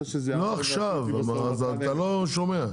לא עכשיו, אז אתה לא שומע.